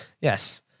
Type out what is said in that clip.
Yes